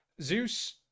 Zeus